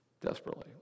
desperately